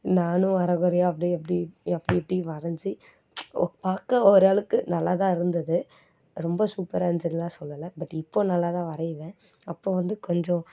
நானும் அரை குறையா அப்படியே இப்படி அப்படி இப்படி வரைஞ்சி ஓ பார்க்க ஓரளவுக்கு நல்லா தான் இருந்தது ரொம்ப சூப்பராக இருந்ததுன்லாம் சொல்லல பட் இப்போது நல்லா தான் வரைவேன் அப்போது வந்து கொஞ்சம்